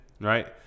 right